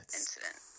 incident